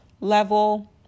level